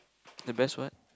the best what